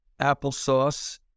applesauce